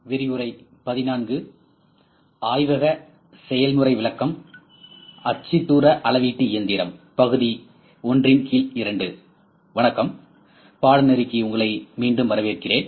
வணக்கம் பாடநெறிக்கு உங்களை மீண்டும் வரவேற்கிறேன்